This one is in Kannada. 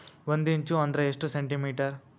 ಒಂದಿಂಚು ಅಂದ್ರ ಎಷ್ಟು ಸೆಂಟಿಮೇಟರ್?